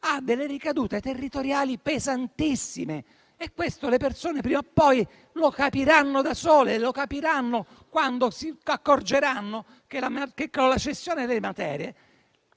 ha delle ricadute territoriali pesantissime. Questo le persone, prima o poi, lo capiranno da sole e lo capiranno quando si accorgeranno che, con la cessione delle materie,